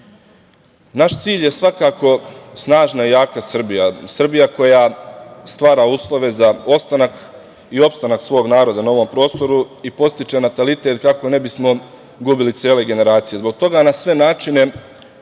cilj je svakako snažna i jaka Srbija, Srbija koja stvara uslove za ostanak i opstanak svog naroda na ovom prostoru i podstiče natalitet kako ne bismo gubili cele generacije. Zbog toga na sve načine